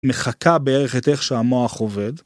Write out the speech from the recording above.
‫מחקה בערך את איך שהמוח עובד.